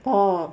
orh